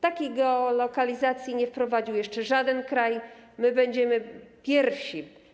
Takiej geolokalizacji nie wprowadził jeszcze żaden kraj, my będziemy pierwsi.